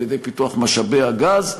ועל-ידי פיתוח משאבי הגז.